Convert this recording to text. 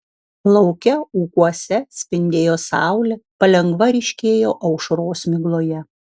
lauke ūkuose spindėjo saulė palengva ryškėjo aušros migloje